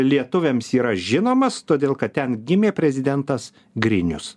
lietuviams yra žinomas todėl kad ten gimė prezidentas grinius